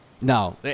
No